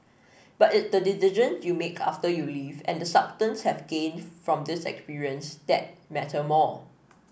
but its the decision you make after you leave and the substance have gained from this experience that matter more